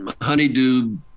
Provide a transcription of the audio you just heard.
honeydew